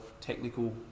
technical